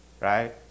Right